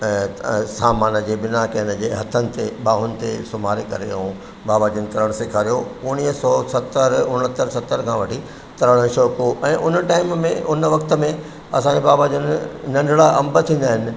त सामान जे बिना कंहिं उन हथनि ते ॿांहुनि ते सुम्हारे करे ऐं बाबाजन तरणु सेखारियो उणिवीह सौ सतरि उणहतरि सतरि खां वठी तरण जो शौक़ु हुओ ऐं उन टाइम में उन वक़्त में असांजे बाबाजन नंढिड़ा अंब चवंदा आहिनि